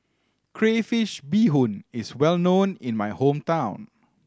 crayfish beehoon is well known in my hometown